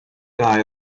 guy